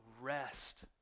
rest